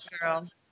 girl